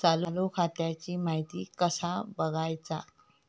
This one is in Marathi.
चालू खात्याची माहिती कसा बगायचा?